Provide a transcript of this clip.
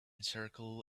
circle